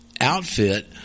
outfit